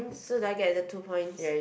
so do I get the two points